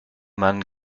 mann